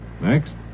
Next